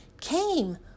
came